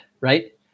right